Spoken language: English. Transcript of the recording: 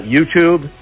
YouTube